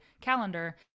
calendar